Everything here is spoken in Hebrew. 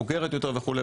בוגרת יותר וכו'.